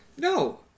No